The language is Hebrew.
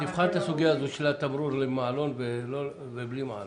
תבחן את הסוגיה של התמרור למעלון ובלי מעלון.